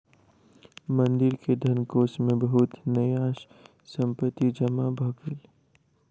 मंदिर के धनकोष मे बहुत न्यास संपत्ति जमा भ गेल